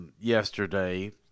yesterday